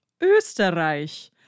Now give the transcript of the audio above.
Österreich